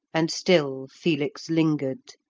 and still felix lingered,